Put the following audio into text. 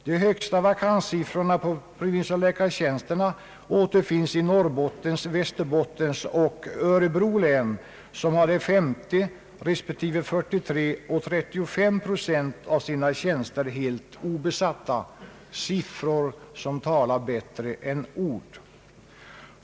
De högsta vakanssiffrorna när det gäller provinsialläkartjänsterna återfinns i Norrbottens, Västerbottens och Örebro län, som hade 50, respektive 43 och 35 procent av sina tjänster helt obesatta — siffror som talar bättre än ord.